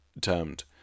termed